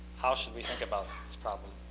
how should we think about this problem,